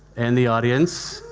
and the audience.